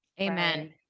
Amen